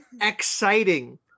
exciting